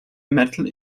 metal